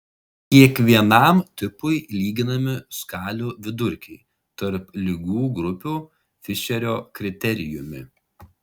kiekvienam tipui lyginami skalių vidurkiai tarp ligų grupių fišerio kriterijumi